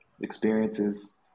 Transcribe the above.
experiences